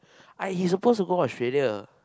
I he supposed to go Australia